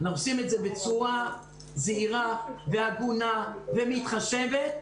אנחנו עושים את זה בצורה זהירה והגונה ומתחשבת,